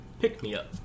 pick-me-up